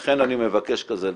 אני מבקש כזה דבר,